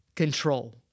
Control